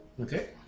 okay